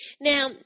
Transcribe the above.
Now